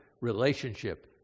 relationship